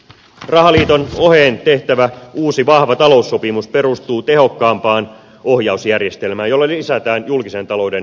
rahaliiton oheen tehtävä uusi vahva taloussopimus perustuu tehokkaampaan ohjausjärjestelmään jolla lisätään julkisen talouden kurinalaisuutta